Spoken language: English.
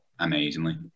amazingly